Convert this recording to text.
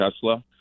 Tesla